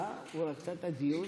כן, אדוני.